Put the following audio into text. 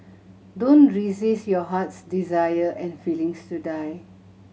don't resist your heart's desire and feelings to die